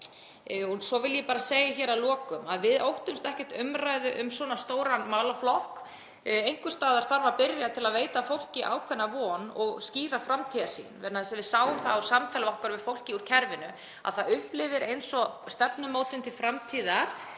Svo vil ég bara segja hér að lokum að við óttumst ekki umræðu um svona stóran málaflokk. Einhvers staðar þarf að byrja til að veita fólki ákveðna von og skýra framtíðarsýn, vegna þess að við sáum það á samtali okkar við fólkið úr kerfinu að það upplifir að stefnumótun til framtíðar